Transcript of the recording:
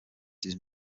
these